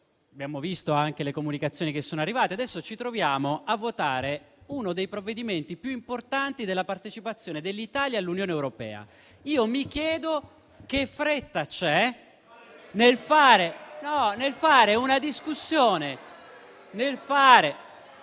abbiamo visto anche le comunicazioni che sono arrivate. Adesso ci troviamo a votare uno dei provvedimenti più importanti della partecipazione dell'Italia all'Unione europea. Mi chiedo che fretta ci sia nel fare una discussione...